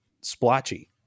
splotchy